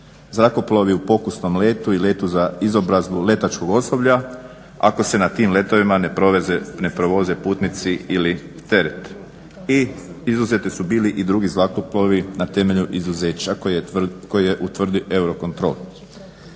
zrakoplovi u pokusnom letu i letu za izobrazbu letačkog osoblja ako se na tim letovima ne prevoze putnici ili teret. I izuzeti su bili i drugi zrakoplovi na temelju izuzeće koje je utvrdio EUROCONTROL.